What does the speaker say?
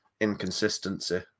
inconsistency